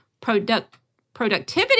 productivity